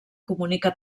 comunica